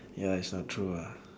yes ah true ah